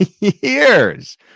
years